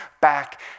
back